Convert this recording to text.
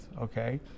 Okay